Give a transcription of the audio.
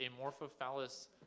Amorphophallus